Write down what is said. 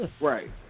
Right